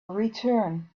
return